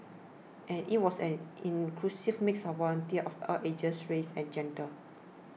and it was an inclusive mix of volunteers of all ages races and genders